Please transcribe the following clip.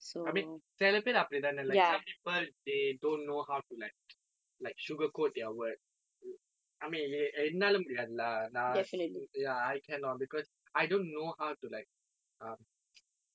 I mean சில பேர் அப்படி தானே:sila paer appadi thane like some people they don't know how to like like sugar coat their words I mean என்னாலும் முடியாது:ennaalum mudiyaathu lah நான்:naan ya I cannot cause I don't know how to like um